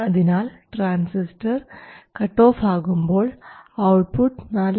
അതിനാൽ transistor cut off ആകുമ്പോൾ output 4